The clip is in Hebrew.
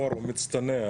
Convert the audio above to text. לימור, הוא מצטנע.